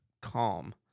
calm